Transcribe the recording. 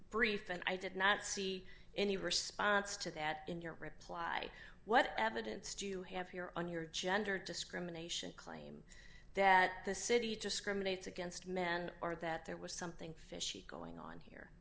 brief and i did not see any response to that in your reply what evidence do you have here on your gender discrimination claim that the city just criminal acts against men are that there was something fishy going on here